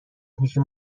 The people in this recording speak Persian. میشی